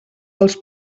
dels